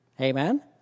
Amen